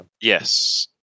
yes